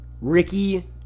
Ricky